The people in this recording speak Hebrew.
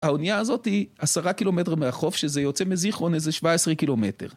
האונייה הזאת היא 10 קילומטר מהחוף, שזה יוצא מזיכרון איזה 17 קילומטר.